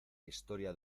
historia